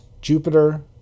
jupiter